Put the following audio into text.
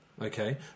okay